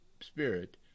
spirit